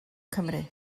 cymru